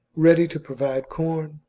ready to provide corn,